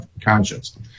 conscience